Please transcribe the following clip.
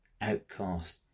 Outcast